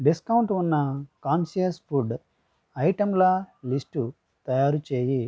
discount ఉన్న conscious food ఐటెంల list తయారుచేయి